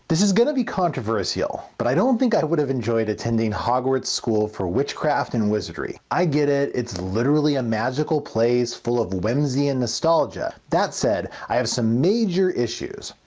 this is going to be controversial, but i don't think i would have enjoyed attending hogwarts school for witchcraft and wizardry. i get it, its literally a magical place full of whimsy and nostalgia. that said, i have some major issues.